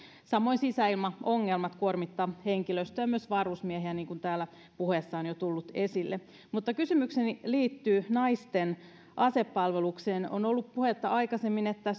samoin sisäilmaongelmat kuormittavat henkilöstöä myös varusmiehiä niin kuin täällä puheessa on jo tullut esille mutta kysymykseni liittyy naisten asepalvelukseen on ollut puhetta aikaisemmin että